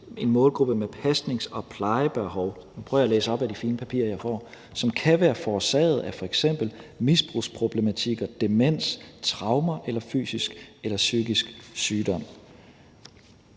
op af de fine papirer, jeg får – som kan være forårsaget af f.eks. misbrugsproblematikker, demens, traumer eller fysisk eller psykisk sygdom,